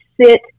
sit